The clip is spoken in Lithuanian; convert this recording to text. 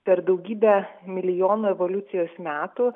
per daugybę milijonų evoliucijos metų